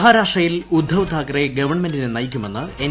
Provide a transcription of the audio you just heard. മഹാരാഷ്ട്രയിൽ ഉദ്ദവ്താക്കറെ ഗവണ്മെന്റിനെ നയിക്കുമെന്ന് എൻ